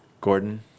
Gordon